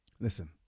listen